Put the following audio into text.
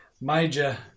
major